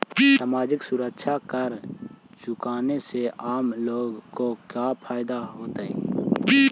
सामाजिक सुरक्षा कर चुकाने से आम लोगों को क्या फायदा होतइ